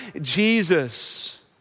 Jesus